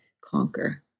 conquer